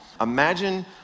Imagine